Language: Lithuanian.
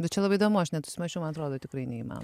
bet čia labai įdomu aš nesusimąsčiau man atrodo tikrai neįmanoma